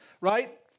Right